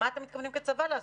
מה אתם מתכוונים כצבא לעשות?